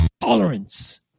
tolerance